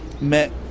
met